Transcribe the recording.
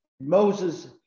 Moses